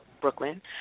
Brooklyn